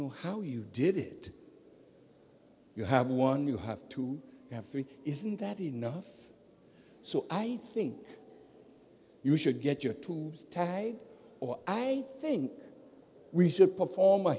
know how you did it you have one you have to have three isn't that enough so i think you should get your tools or i think we should perform a